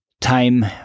time